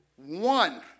One